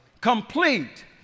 Complete